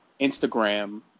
Instagram